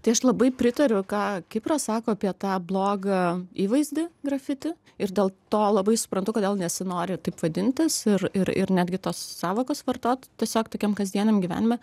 tai aš labai pritariu ką kipras sako apie tą blogą įvaizdį grafiti ir dėl to labai suprantu kodėl nesinori taip vadintis ir ir ir netgi tos sąvokos vartot tiesiog tokia kasdieniam gyvenime